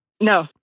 No